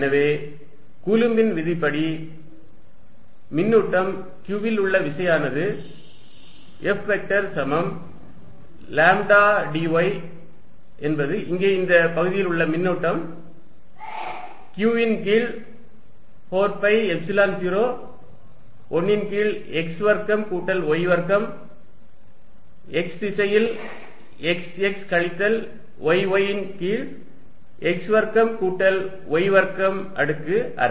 எனவே கூலும்பின் விதியின் படி மின்னூட்டம் q வில் உள்ள விசையானது F வெக்டர் சமம் லாம்ப்டா dy என்பது இங்கே இந்த பகுதியில் உள்ள மின்னூட்டம் q ன் கீழ் 4 பை எப்சிலன் 0 1 ன் கீழ் x வர்க்கம் கூட்டல் y வர்க்கம் x திசையில் xx கழித்தல் yy ன் கீழ் x வர்க்கம் கூட்டல் y வர்க்கம் அடுக்கு அரை